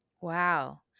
Wow